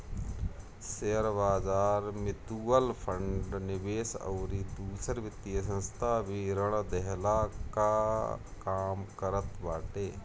शेयरबाजार, mutual fund, निवेश अउरी दूसर वित्तीय संस्था भी ऋण देहला कअ काम करत बाटे